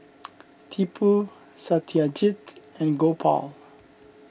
Tipu Satyajit and Gopal